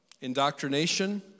indoctrination